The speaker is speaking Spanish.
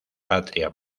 patria